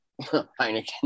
Heineken